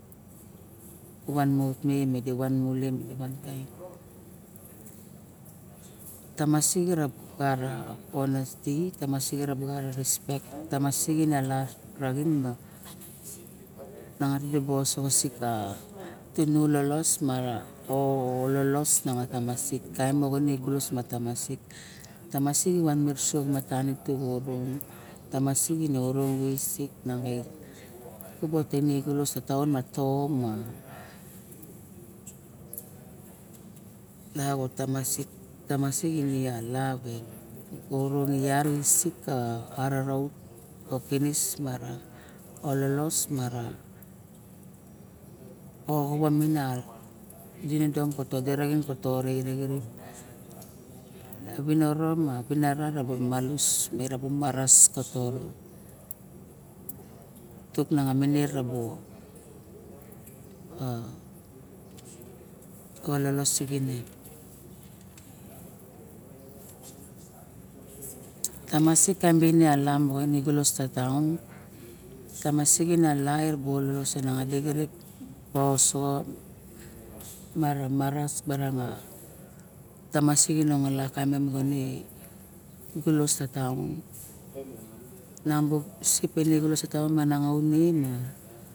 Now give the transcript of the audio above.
U van ma uk me ma di van mole tamasik erabara honesti tamasik eraba respek tamasik ene lap taxin nangadi raba osoxosik nang a la timu lolos ma alolos a tamasik kaim a ogulos ma tamasik, tamasik i vanisuo tan matuo xorong tamasik ine oro visik mai itubutuo ma to ma na u bu tamasik tamasik ine lama ka orong yat i visik ka araut kau uk kinis ra ololos mara oxava min a dinidon ka to di raxin ka to arae xirip, viniro ma vinara malus ka maras ka tora tut meng a erabo a ololos i ving tamasik taem bene a lam moxa ololos i ving tamasik taem bene a lam moxa ololos a nangadi xirip ba osoxo mara maras bara ma tamasin ene ngola kaim ne me gulos ra taon nam bu sip ka taon miang a une ma